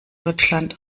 deutschland